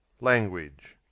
Language